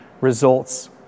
results